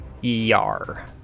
Yar